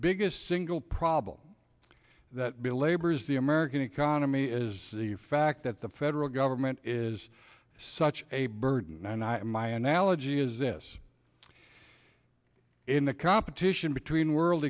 biggest single problem that belabors the american economy is the fact that the federal government is such a burden and i my analogy is this in the competition between world